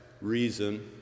reason